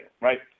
right